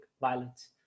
violence